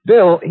Bill